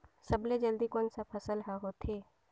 सबले जल्दी कोन सा फसल ह होथे?